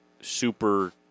super